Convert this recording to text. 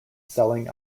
selling